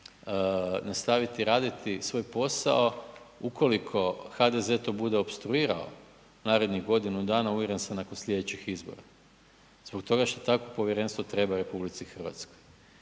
nastaviti raditi svoj posao, ukoliko HDZ to bude opstruirao narednih godinu dana uvjeren sam nakon sljedećih izbora, zbog toga što takvo povjerenstvo treba RH.